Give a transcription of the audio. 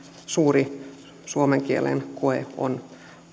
suuri suomen kielen koe on